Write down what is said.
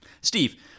Steve